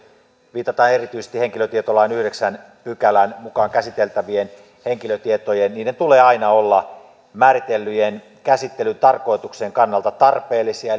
viitataan erityisesti siihen että henkilötietolain yhdeksännen pykälän mukaan käsiteltävien henkilötietojen tulee aina olla määritellyn käsittelyn tarkoituksen kannalta tarpeellisia